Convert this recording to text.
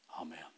Amen